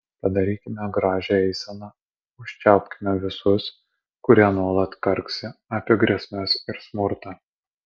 padarykime gražią eiseną užčiaupkime visus kurie nuolat karksi apie grėsmes ir smurtą